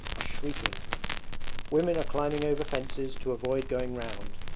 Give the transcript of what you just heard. are shrieking women are climbing over fences to avoid going round.